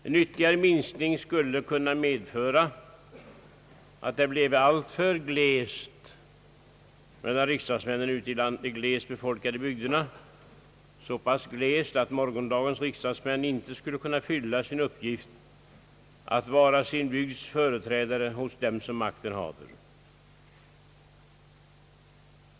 En ytterligare minskning skulle kunna medföra att det blev alltför » glest» mellan riksdagsmännen ute i de glest befolkade bygderna, så pass glest att morgondagens riksdagsmän inte skulle kunna fylla sin uppgift att vara sin bygds företrädare hos dem som makten haver.